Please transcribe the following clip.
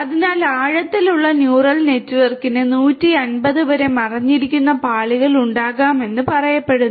അതിനാൽ ആഴത്തിലുള്ള ന്യൂറൽ നെറ്റ്വർക്കിന് 150 വരെ മറഞ്ഞിരിക്കുന്ന പാളികൾ ഉണ്ടാകാമെന്ന് പറയപ്പെടുന്നു